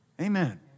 Amen